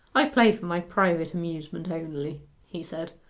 i play for my private amusement only he said.